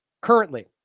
Currently